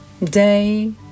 day